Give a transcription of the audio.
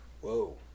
Whoa